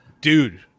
dude